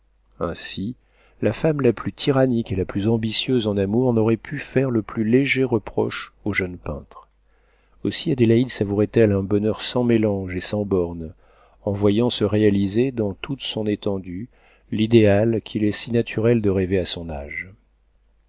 ainsi la femme la plus tyrannique et la plus ambitieuse en amour n'aurait pu faire le plus léger reproche au jeune peintre aussi adélaïde savourait elle un bonheur sans mélange et sans bornes en voyant se réaliser dans toute son étendue l'idéal qu'il est si naturel de rêver à son âge